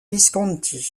visconti